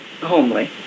homely